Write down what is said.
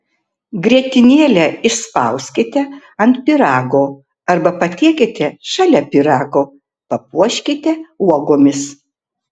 grietinėlę išspauskite ant pyrago arba patiekite šalia pyrago papuoškite uogomis